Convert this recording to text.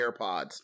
AirPods